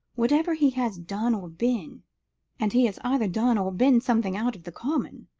whatever he has done or been and he has either done or been something out of the common,